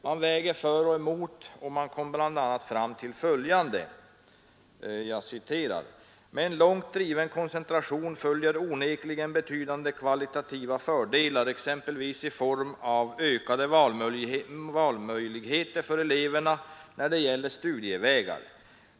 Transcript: Man väger för och emot men kommer fram till bl.a. följande: ”Med en långt driven koncentration följer onekligen betydande kvalitativa fördelar, exempelvis i form av ökade valmöjligheter för eleverna när det gäller studievägar.